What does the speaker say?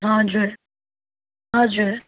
हजुर हजुर